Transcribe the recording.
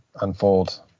unfold